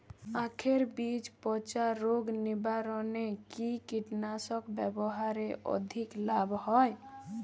আঁখের বীজ পচা রোগ নিবারণে কি কীটনাশক ব্যবহারে অধিক লাভ হয়?